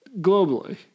Globally